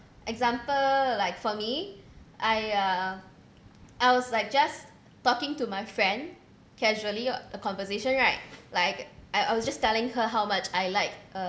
example like for me I uh I was like just talking to my friend casually uh a conversation right like I was just telling her how much I like